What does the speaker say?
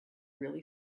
really